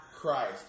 Christ